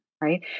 right